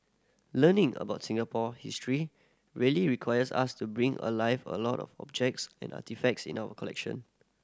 learning about Singapore history really requires us to bring alive a lot of objects and artefacts in our collection